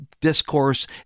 discourse